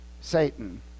Satan